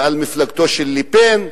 ועל מפלגתו של לה-פן,